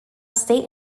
state